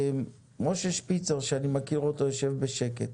משה שפיצר שאני מכיר אותו, יושב בשקט.